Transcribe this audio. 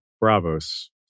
Bravos